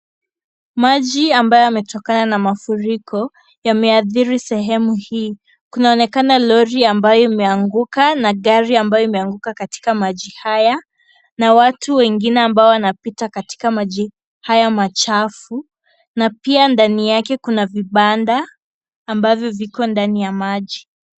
Maji ambayo yametokana na mafuriko yameathiri sehemu hii. Kunaonekana lori ambayo imeanguka na gari ambayo imeanguka katika maji haya na watu wengine ambao wanapita katika maji haya machafu na pia ndani yake kuna vibanda ambavyo viko ndani ya maji.